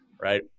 right